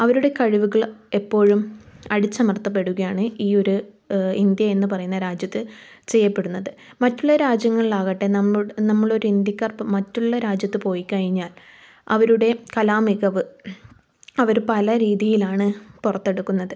അവരുടെ കഴിവുകൾ എപ്പോഴും അടിച്ചമർത്തപ്പെടുകയാണ് ഈ ഒര് ഇന്ത്യ എന്ന് പറയുന്ന രാജ്യത്ത് ചെയ്യപ്പെടുന്നത് മറ്റുള്ള രാജ്യങ്ങളിലാകട്ടെ നമ്മുട് നമ്മളൊരിന്ത്യക്കാർ ഇപ്പം മറ്റുള്ള രാജ്യത്ത് പോയിക്കഴിഞ്ഞാൽ അവരുടെ കലാ മികവ് അവര് പല രീതിയിലാണ് പുറത്തെടുക്കുന്നത്